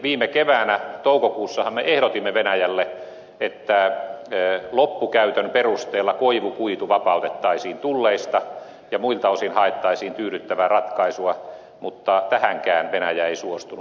viime keväänä toukokuussahan me ehdotimme venäjälle että loppukäytön perusteella koivukuitu vapautettaisiin tulleista ja muilta osin haettaisiin tyydyttävää ratkaisua mutta tähänkään venäjä ei suostunut